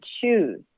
choose